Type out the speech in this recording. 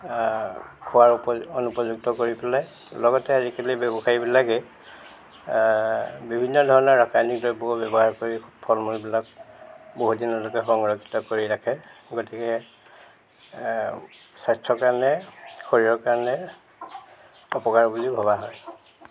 খোৱাৰ অনুপযুক্ত কৰি পেলায় লগতে আজিকালি ব্যৱসায়ীবিলাকে বিভিন্ন ধৰণৰ ৰাসায়নিক দ্ৰব্যও ব্যৱহাৰ কৰি ফল মূলবিলাক বহুত দিনলৈকে সংৰক্ষিত কৰি ৰাখে গতিকে স্বাস্থ্যৰ কাৰণে শৰীৰৰ কাৰণে অপকাৰ বুলি ভবা হয়